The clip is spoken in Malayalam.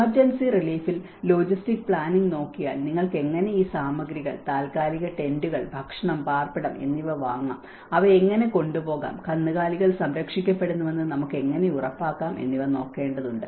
എമർജൻസി റിലീഫിൽ ലോജിസ്റ്റിക് പ്ലാനിംഗ് നോക്കിയാൽ നിങ്ങൾക്ക് എങ്ങനെ ഈ സാമഗ്രികൾ താത്കാലിക ടെന്റുകൾ ഭക്ഷണം പാർപ്പിടം എന്നിവ വാങ്ങാം അവ എങ്ങനെ കൊണ്ടുപോകാം കന്നുകാലികൾ സംരക്ഷിക്കപ്പെടുന്നുവെന്ന് നമുക്ക് എങ്ങനെ ഉറപ്പാക്കാം എന്നിവ നോക്കേണ്ടതുണ്ട്